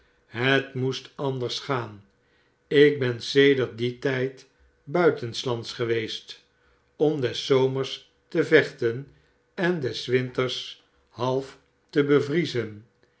het moest anders gaan ik ben sedert dien tijd buitenslands geweest om des zomers te vechten en des winters half te bevriezen